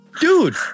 Dude